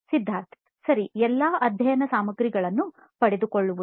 ಸಿದ್ಧಾರ್ಥ್ ಸರಿ ಎಲ್ಲಾ ಅಧ್ಯಯನ ಸಾಮಗ್ರಿಗಳನ್ನು ಪಡೆದುಕೊಳ್ಳುವುದು